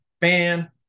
fan